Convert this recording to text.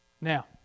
Now